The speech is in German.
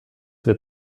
wird